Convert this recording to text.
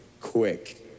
quick